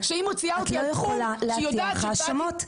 את לא יכולה להטיח האשמות.